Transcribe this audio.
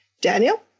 daniel